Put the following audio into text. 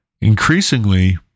Increasingly